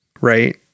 right